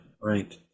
right